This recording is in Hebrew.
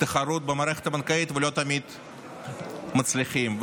תחרות ולא תמיד מצליחים.